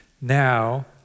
now